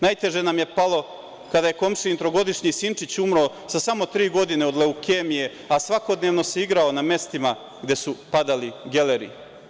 Najteže nam je palo kada je komšijin trogodišnji sinčić umro sa samo tri godine od leukemije, a svakodnevno se igrao na mestima gde su padali geleri“